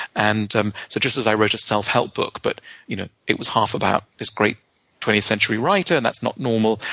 and and so just as i wrote a self-help book, but you know it was half about this great twentieth century writer. and that's not normal.